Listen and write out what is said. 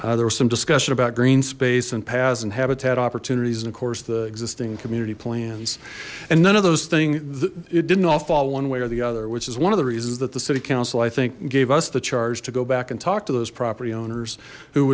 there was some discussion about green space and paths and habitat opportunities and of course the existing community plans and none of those things it didn't all fall one way or the other which is one of the reasons that the city council i think gave us the charge to go back and talk to those property owners who